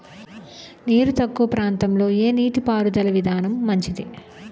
నీరు తక్కువ ప్రాంతంలో ఏ నీటిపారుదల విధానం మంచిది?